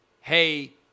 Hey